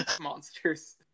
monsters